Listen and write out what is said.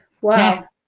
Wow